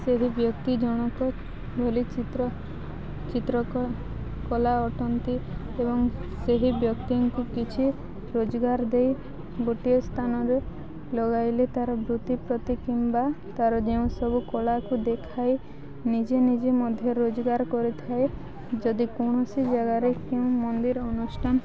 ସେହି ବ୍ୟକ୍ତି ଜଣକ ବୋଲି ଚିତ୍ର ଚିତ୍ର କଳା ଅଟନ୍ତି ଏବଂ ସେହି ବ୍ୟକ୍ତିଙ୍କୁ କିଛି ରୋଜଗାର ଦେଇ ଗୋଟିଏ ସ୍ଥାନରେ ଲଗାଇଲେ ତା'ର ବୃତ୍ତି ପ୍ରତି କିମ୍ବା ତା'ର ଯେଉଁସବୁ କଳାକୁ ଦେଖାଇ ନିଜେ ନିଜେ ମଧ୍ୟ ରୋଜଗାର କରିଥାଏ ଯଦି କୌଣସି ଜାଗାରେ କେଉଁ ମନ୍ଦିର ଅନୁଷ୍ଠାନ